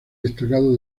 destacado